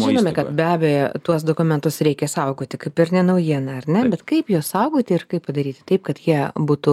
žinome kad be abejo tuos dokumentus reikia saugoti kaip ir ne naujiena ar ne bet kaip juos saugoti ir kaip padaryti taip kad jie būtų